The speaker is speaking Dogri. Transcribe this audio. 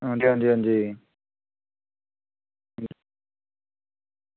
हां जी हां जी हां जी